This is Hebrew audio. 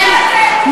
כן,